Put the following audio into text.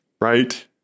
Right